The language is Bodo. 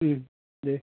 ओम दे